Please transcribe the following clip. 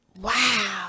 wow